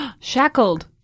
Shackled